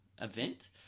event